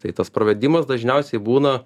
tai tas pravedimas dažniausiai būna